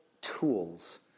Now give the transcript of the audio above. tools